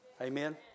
Amen